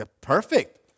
perfect